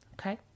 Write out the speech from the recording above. Okay